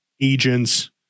agents